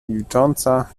milcząca